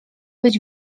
być